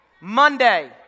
Monday